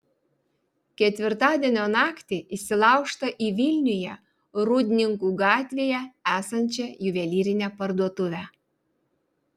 ketvirtadienio naktį įsilaužta į vilniuje rūdninkų gatvėje esančią juvelyrinę parduotuvę